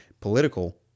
political